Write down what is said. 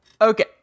Okay